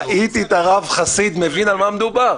ראיתי את הרב חסיד, הוא יודע על מה מדובר.